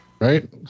right